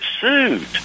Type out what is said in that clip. sued